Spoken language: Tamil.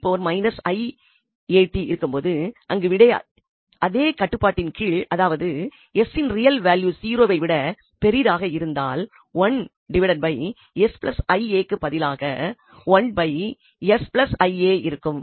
இதே போன்று நம்மிடம் இருக்கும் போது அங்கு விடை அதே கட்டுப்பாட்டின் கீழ் அதாவது s இன் ரியல் வேல்யூ 0வை விட பெரிதாக இருந்தால் க்கு பதிலாக இருக்கும்